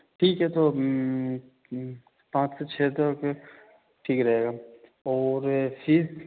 ठीक है तो पाँच से छ तक ठीक रहेगा और फीस